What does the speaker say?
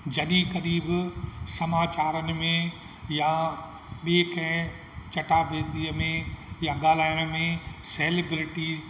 जॾहिं कॾहिं बि समाचारनि में यां ॿिए कंहिं चटाभेटीअ में यां ॻाल्हाइण में सेलब्रिटीज़